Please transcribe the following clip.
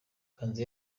ganza